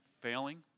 failing